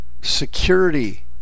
security